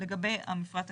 לגבי המפרט הקיים.